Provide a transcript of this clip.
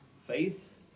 faith